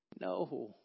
No